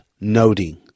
noting